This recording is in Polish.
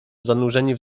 zanurzeni